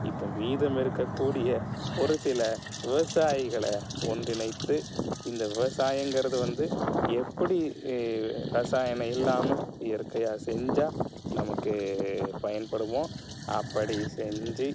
இப்போ மீதம் இருக்கக்கூடிய ஒரு சில விவசாயிகளை ஒன்றினைத்து இந்த விவசாயங்கிறது வந்து எப்படி ரசாயனம் இல்லாமல் இயற்கையாக செஞ்சால் நமக்கு பயன்படுமோ அப்படி செஞ்சு